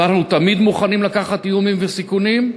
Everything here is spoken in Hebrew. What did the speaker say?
ואנחנו תמיד מוכנים לקחת איומים וסיכונים,